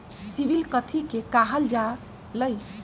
CIBIL कथि के काहल जा लई?